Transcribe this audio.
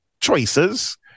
choices